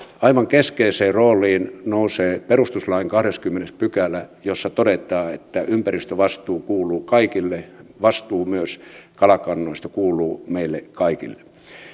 aivan keskeiseen rooliin nousee perustuslain kahdeskymmenes pykälä jossa todetaan että ympäristövastuu kuuluu kaikille vastuu myös kalakannoista kuuluu meille kaikille